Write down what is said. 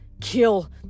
Kill